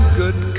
good